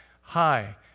Hi